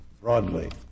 broadly